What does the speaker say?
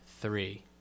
three